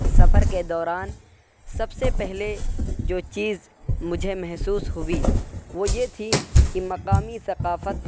سفر کے دوران سب سے پہلے جو چیز مجھے محسوس ہوئی وہ یہ تھی کہ مقامی ثقافت